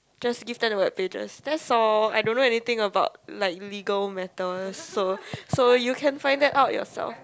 just give them the web pages that's all I don't know anything about like legal matters so so you can find that out yourself